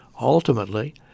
ultimately